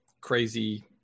crazy